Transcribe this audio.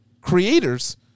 creators